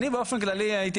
באופן כללי,